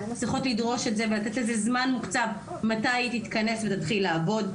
צריכות לדרוש את זה ולתת לזה זמן מוקצב מתי היא תתכנס ותתחיל לעבוד.